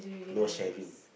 no sharing